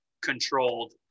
controlled